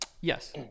yes